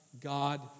God